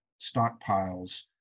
stockpiles